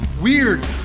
weird